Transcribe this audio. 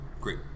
great